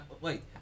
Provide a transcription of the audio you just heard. Wait